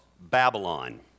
Babylon